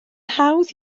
hawdd